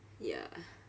ya